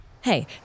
Hey